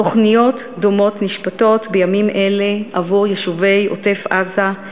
תוכניות דומות נשפטות בימים אלה עבור יישובי עוטף-עזה,